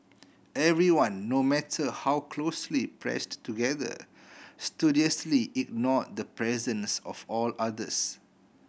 everyone no matter how closely pressed together studiously ignore the presence of all others